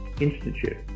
Institute